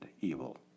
evil